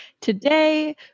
today